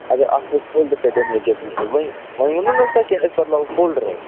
اَگر اَتھ ہیٚکہِ فولڈَر پیٚٹھ وۅنۍ تۄہہِ ووٚنوٕ نہٕ کہِ أسۍ بَدلاوو فولڈَرٕے